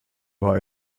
war